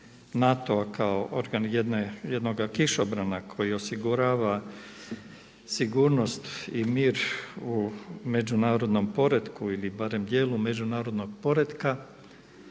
NATO-a kako jednoga kišobrana koji osigurava sigurnost i mir u međunarodnom poretku ili barem dijelu međunarodnog poretka